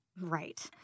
Right